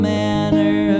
manner